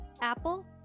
Apple